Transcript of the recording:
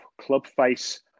clubface